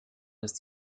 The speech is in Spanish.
las